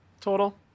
total